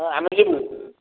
ହଁ ଆମେ ଯିବୁ